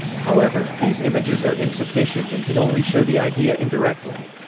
however, these images are insufficient and can only show the idea indirectly.